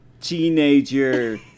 teenager